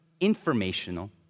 informational